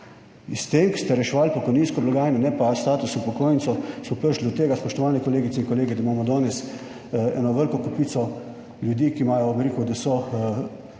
Iz te, ko ste reševali pokojninsko blagajno, ne pa status upokojencev, so prišli do tega, spoštovane kolegice in kolegi, da imamo danes eno veliko kopico ljudi, ki imajo, bom rekel, da so